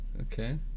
Okay